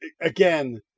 again